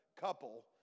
couple